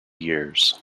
years